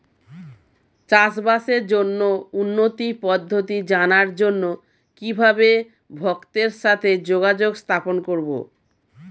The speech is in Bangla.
চাষবাসের জন্য উন্নতি পদ্ধতি জানার জন্য কিভাবে ভক্তের সাথে যোগাযোগ স্থাপন করব?